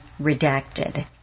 redacted